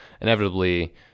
inevitably